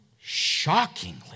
shockingly